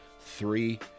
Three